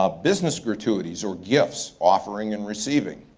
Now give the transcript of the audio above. ah business gratuities or gifts, offering and receiving.